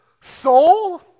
soul